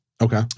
Okay